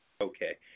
Okay